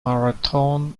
marathon